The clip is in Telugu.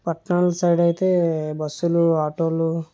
పట్టణం సైడ్ అయితే బస్సులు ఆటోలు ఉంటాయి